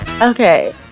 Okay